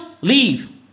Leave